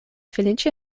feliĉe